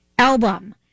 album